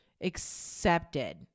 accepted